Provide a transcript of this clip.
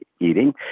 eating